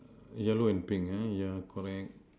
yellow and pink uh yeah correct